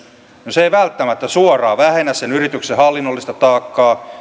se ei välttämättä suoraan vähennä sen yrityksen hallinnollista taakkaa